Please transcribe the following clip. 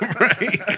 Right